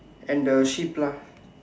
and the sheep lah